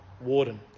Warden